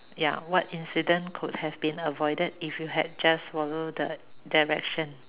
ya what incident could have been avoided if you had just follow the directions